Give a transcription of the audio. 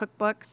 cookbooks